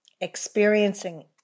experiencing